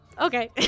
Okay